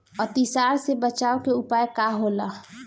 अतिसार से बचाव के उपाय का होला?